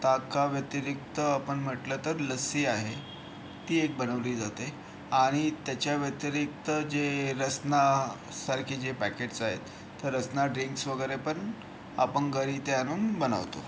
ताकाव्यतिरिक्त आपण म्हटलं तर लस्सी आहे ती एक बनवली जाते आणि त्याच्या व्यतिरिक्त जे रसनासारखे जे पॅकेट्स आहेत तर रसना ड्रिंक्स वगैरे पण आपण घरी ते आणून बनवतो